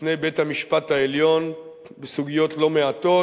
בפני בית-המשפט העליון בסוגיות לא מעטות,